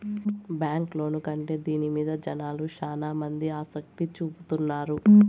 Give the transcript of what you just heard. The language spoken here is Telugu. బ్యాంక్ లోను కంటే దీని మీద జనాలు శ్యానా మంది ఆసక్తి చూపుతున్నారు